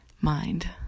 mind